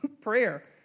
prayer